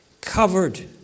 covered